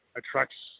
attracts